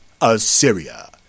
Assyria